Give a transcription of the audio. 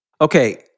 Okay